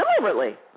Deliberately